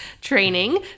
training